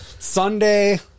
Sunday